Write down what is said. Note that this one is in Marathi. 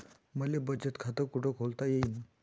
मले बचत खाते कुठ खोलता येईन?